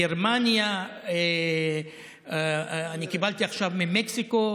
גרמניה, אני קיבלתי עכשיו פנייה ממקסיקו.